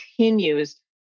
continues